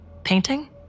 painting